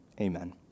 amen